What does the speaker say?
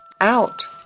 out